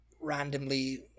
randomly